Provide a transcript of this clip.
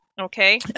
Okay